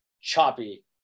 choppy